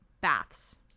Baths